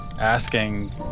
asking